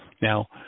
Now